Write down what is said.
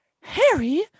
Harry